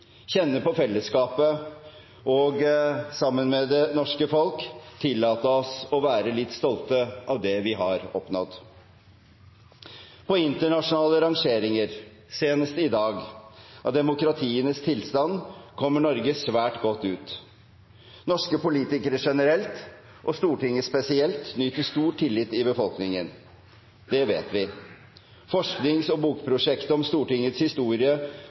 kjenne på fellesskapet og sammen med det norske folk tillate oss å være litt stolte av det vi har oppnådd. På internasjonale rangeringer, senest i dag, av demokratienes tilstand kommer Norge svært godt ut. Norske politikere generelt og Stortinget spesielt nyter stor tillit i befolkningen. Det vet vi. Forsknings- og bokprosjektet om Stortingets historie